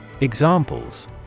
Examples